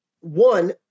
One